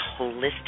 holistic